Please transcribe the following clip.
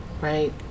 Right